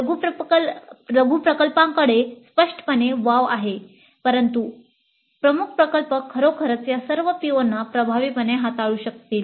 लघु प्रकल्पांकडे स्पष्टपणे वाव आहे परंतु प्रमुख प्रकल्प खरोखरच या सर्व POना प्रभावीपणे हाताळू शकेल